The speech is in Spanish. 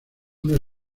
una